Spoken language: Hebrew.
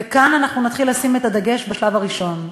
וכאן אנחנו נתחיל לשים את הדגש בשלב הראשון.